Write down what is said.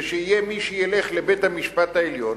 ויהיה מי שילך לבית-המשפט העליון,